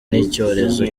n’icyorezo